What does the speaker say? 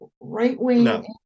right-wing